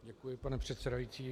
Děkuji, pane předsedající.